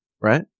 right